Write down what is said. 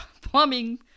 plumbing